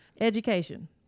Education